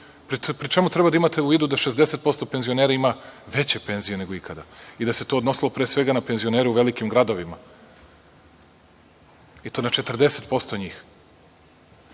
pri čemu trebate da imate u vidu da 60% penzionera ima veće penzije nego ikada i da se to odnosilo pre svega na penzionere u velikim gradovima i to na 40%